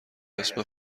اسم